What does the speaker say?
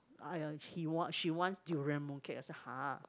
!aiya! he want she wants durian mooncake I say !huh!